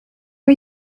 are